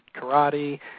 karate